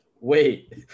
wait